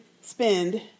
spend